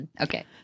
Okay